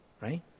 right